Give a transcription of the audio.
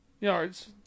yards